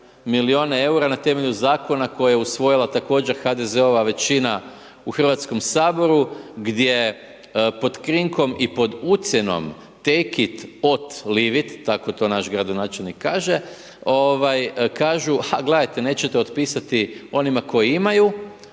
milijune eura na temelju zaklona koje je usvojila također HDZ-ova većina u Hrvatskom saboru gdje pod krinkom i pod ucjenom „take ot leave it“ tako to naš gradonačelnik kaže, kažu a gledajte, nećete otpisati onima koji imaju